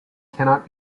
cannot